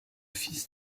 fils